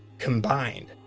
combined.